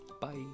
Bye